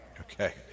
Okay